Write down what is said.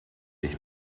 ich